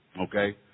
Okay